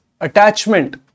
attachment